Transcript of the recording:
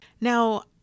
Now